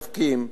משווקים,